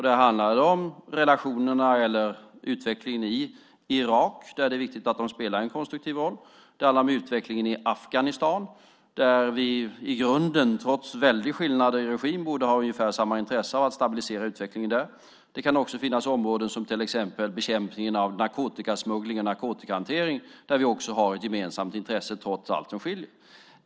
Där handlar det om relationerna eller utvecklingen i Irak, där det är viktigt att man spelar en konstruktiv roll. Det handlar om utvecklingen i Afghanistan, där vi i grunden, trots väldiga skillnader i regim, borde ha ungefär samma intresse av att stabilisera utvecklingen. Det kan också finnas områden som till exempel bekämpningen av narkotikasmuggling och narkotikahantering, där vi också trots allt har ett gemensamt intresse.